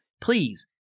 please